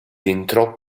entrò